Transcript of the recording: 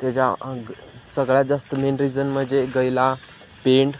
त्याच्या सगळ्यात जास्त मेन रिजन म्हणजे गायीला पेंड